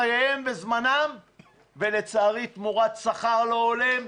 חייהם וזמנם ולצערי תמורת שכר לא הולם?